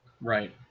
Right